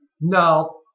No